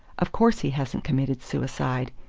of course he hasn't committed suicide.